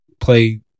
play